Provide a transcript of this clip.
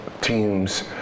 teams